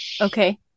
Okay